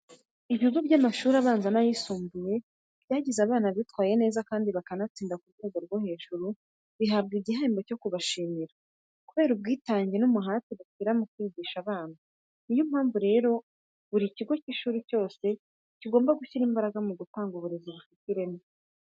Ibigo by'amashuri abanza n'ayisumbuye byagize abana bitwaye neza kandi bakanatsinda ku rwego rwo hejuru, bihabwa igihembo cyo kubashimira kubera ubwitange ndetse n'umuhate bashyira mu kwigisha abana. Ni yo mpamvu rero buri kigo cy'ishuri cyose kigomba gushyira imbaraga mu gutanga uburezi bufite ireme.